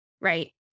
right